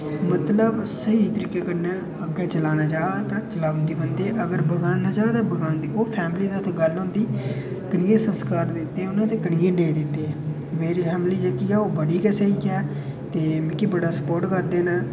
मतलब स्हेई तरीके कन्नै चलाना चाह् ता बनाई ओड़दे बंदे अगर बगाड़ना चाह ता बगाड़ी ओड़दे बंदे फैमिली दे हत्थ गल्ल होंदी केह् कनेह् संस्कार दिते उ'नें ते कनेह् नेईं दिते मेरी फैमिली जेह्की ऐ ओह् बड़ी गै स्हेई ऐ ते मिगी बड़ा स्पोर्ट करदे न